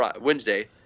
Wednesday –